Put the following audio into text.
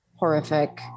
horrific